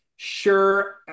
sure